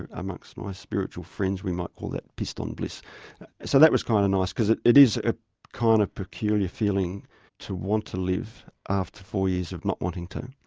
and amongst my spiritual friends we might call that pissed on bliss so that was kind of nice because it it is a kind of peculiar feeling to want to live after four years of not wanting to.